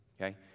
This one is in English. Okay